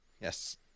Yes